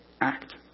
act